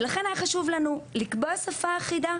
ולכן היה חשוב לנו לקבוע שפה אחידה,